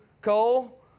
Cole